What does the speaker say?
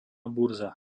burza